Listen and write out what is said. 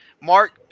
Mark